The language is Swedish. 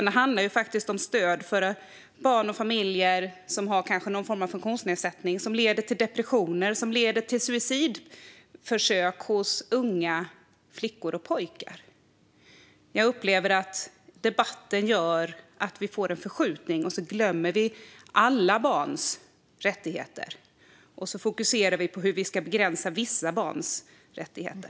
Det handlar också om stöd till barn och familjer med någon form av funktionsnedsättning som leder till depressioner och suicidförsök hos unga flickor och pojkar. Jag upplever att debatten gör att vi får en förskjutning som gör att vi glömmer alla barns rättigheter och fokuserar på hur vi ska begränsa vissa barns rättigheter.